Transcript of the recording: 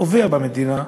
קובע במדינה,